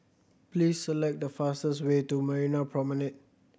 please select the fastest way to Marina Promenade